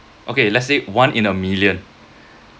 okay let's say one in a million